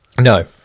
No